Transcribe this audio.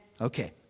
Okay